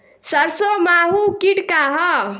सरसो माहु किट का ह?